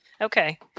Okay